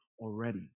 already